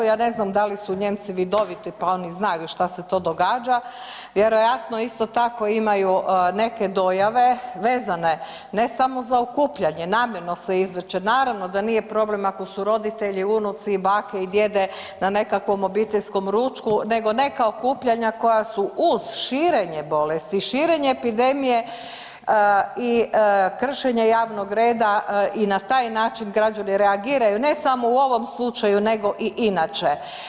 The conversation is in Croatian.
Ja ne znam da li su Nijemci vidoviti pa oni znaju šta se to događa, vjerojatno isto tako imaju neke dojave vezane ne samo za okupljanje, namjerno se izvrće, naravno da nije problem ako su roditelji, unuci, bake i djede na nekakvom obiteljskom ručku nego neka okupljanja koja su uz širenje bolesti, širenje epidemije i kršenje javnog reda i na taj način građani reagiraju, ne samo u ovom slučaju nego i inače.